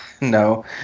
no